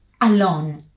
alone